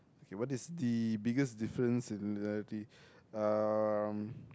okay what is the biggest difference and similarity um